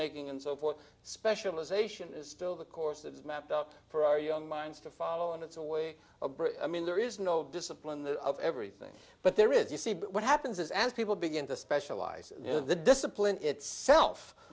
making and so forth specialization is still the course that is mapped out for our young minds to follow and it's a way d of i mean there is no discipline that of everything but there is you see what happens is as people begin to specialize you know the discipline itself